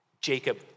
Jacob